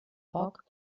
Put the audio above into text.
foc